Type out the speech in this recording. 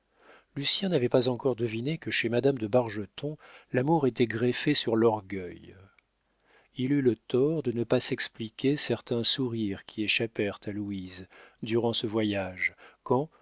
lucien n'avait pas encore deviné que chez madame de bargeton l'amour était greffé sur l'orgueil il eut le tort de ne pas s'expliquer certains sourires qui échappèrent à louise durant ce voyage quand